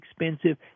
expensive